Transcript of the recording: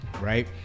Right